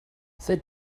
they